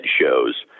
shows